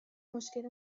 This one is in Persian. مشکل